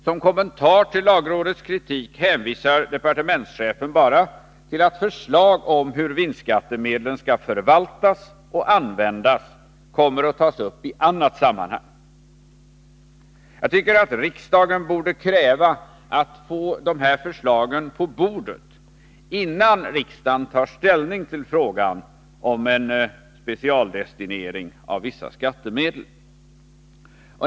Som kommentar till lagrådets kritik hänvisar departementschefen bara till att förslag om hur vinstskattemedlen skall förvaltas och användas kommer att tas upp i annat sammanhang. Jag tycker att riksdagen borde kräva att få de här förslagen på bordet innan riksdagen tar ställning till frågan om en specialdestinering av vissa skattemedel.